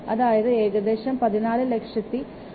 അതായത് ഏകദേശം 14 ലക്ഷത്തി 65000രൂപ ആണ്